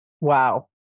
Wow